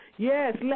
Yes